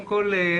קודם כל,